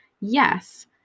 Yes